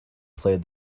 played